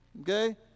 Okay